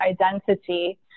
identity